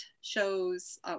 shows